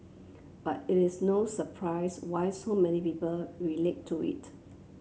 but it is no surprise why so many people relate to it